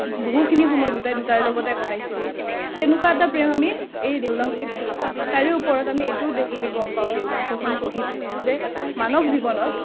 বহুখিনি সময় দুটাই দুটাৰ লগতে কটাইছিলে তেনেকুৱা এটা প্ৰেম আমি এই দেও লাংখুইত দেখা পাওঁ তাৰে ওপৰত আমি এইটো এইটোও গম পাওঁ দেও লাংখুইখন পঢ়ি পিনে যে মানৱ জীৱনত